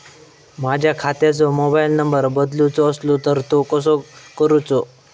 माझ्या खात्याचो mobile number बदलुचो असलो तर तो कसो करूचो?